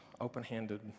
open-handed